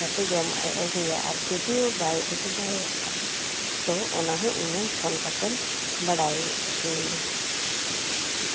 ᱡᱟᱛᱮ ᱡᱚᱢᱟᱜ ᱮᱭ ᱟᱹᱜᱩᱭᱟ ᱟᱨ ᱡᱳᱫᱤᱭᱳ ᱵᱟᱭ ᱟᱹᱜᱩ ᱫᱟᱲᱮᱭᱟᱜ ᱠᱟᱱᱟ ᱛᱚ ᱚᱱᱟ ᱦᱚᱸ ᱤᱧᱮᱢ ᱯᱷᱳᱱ ᱠᱟᱛᱮᱫ ᱮᱢ ᱵᱟᱰᱟᱭ ᱦᱚᱪᱚᱭᱤᱧᱟᱹ